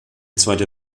zweite